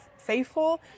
faithful